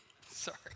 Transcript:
Sorry